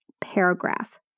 paragraph